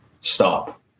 stop